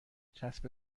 چسب